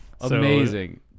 amazing